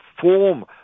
form